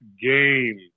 game